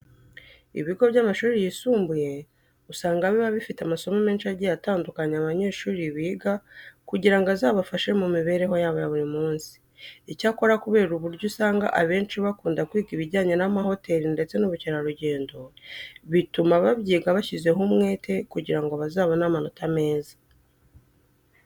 Ibigo by'amashuri yisumbuye usanga biba bifite amasomo menshi agiye atandukanye abanyeshuri biga kugira ngo azabafashe mu mibereho yabo ya buri munsi. Icyakora kubera uburyo usanga abenshi bakunda kwiga ibijyanye n'amahoteli ndetse n'ubukerarugendo, bituma babyiga bashyizeho umwete kugira ngo bazabone amanota meza.